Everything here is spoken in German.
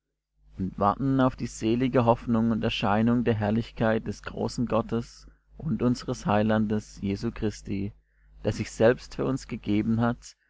und warten auf die selige hoffnung und erscheinung der herrlichkeit des großen gottes und unsers heilandes jesu christi der sich selbst für uns gegeben hat